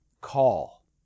call